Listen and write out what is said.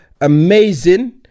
amazing